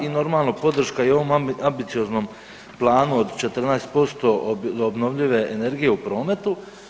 I normalno podrška i ovom ambicioznom planu od 14% obnovljive energije u prometu.